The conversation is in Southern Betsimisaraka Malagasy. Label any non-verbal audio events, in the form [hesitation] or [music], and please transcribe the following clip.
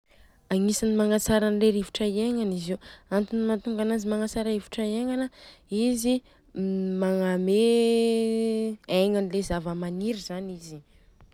Agnisany le magnatsara le rivotra iegnana izy Io. Antony mantonga ananjy magnatsara rivotra iegnana an, izy [hesitation] magname egna an'ny le zavamaniry zany izy.